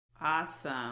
Awesome